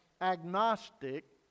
agnostic